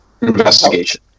Investigation